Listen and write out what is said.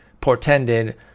portended